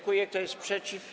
Kto jest przeciw?